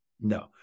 No